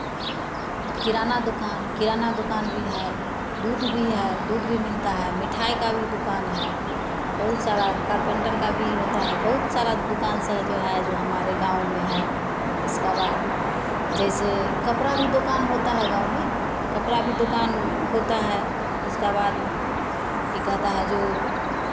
किराना दुकान किराना दुकान भी है दूध भी है दूध भी मिलता है मिठाई का भी दुकान है बहुत सारा कारपेंटर का भी होता है बहुत सारा दुकान सा जो है जो हमारे गाँव में है इसके बाद जैसे कपड़ा भी दुकान होता है गाँव में कपड़ा भी दुकान होता है गाँव में उसके बाद कि कहता है जो